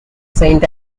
saint